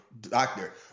doctor